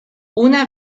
una